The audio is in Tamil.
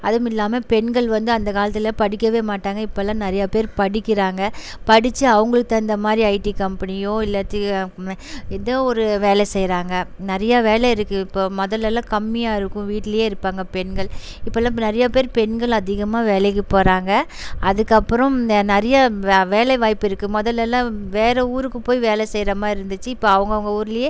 அதுவும் இல்லாமல் பெண்கள் வந்து அந்த காலத்தில் படிக்கவே மாட்டாங்கள் இப்போல்லாம் நிறையா பேர் படிக்கிறாங்கள் படிச்சு அவங்களுக்கு தகுந்த மாதிரி ஐடி கம்பனியோ இல்லாட்டி ஏதோ ஒரு வேலை செய்கிறாங்க நிறையா வேலை இருக்குது இப்போது முதல்லலாம் கம்மியாக இருக்கும் வீட்டிலயே இருப்பாங்கள் பெண்கள் இப்போல்லாம் நிறையா பேர் பெண்கள் அதிகமாக வேலைக்கு போகிறாங்க அதுக்கப்புறம் இந்த நிறையா வ வேலைவாய்ப்பு இருக்குது முதல்லலாம் வேற ஊருக்கு போய் வேலை செய்கிற மாதிரி இருந்துச்சு இப்போ அவங்கவுங்க ஊர்லேயே